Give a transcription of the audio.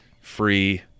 free